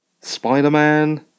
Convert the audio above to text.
Spider-Man